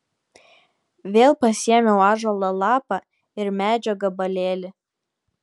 vėl pasiėmiau ąžuolo lapą ir medžio gabalėlį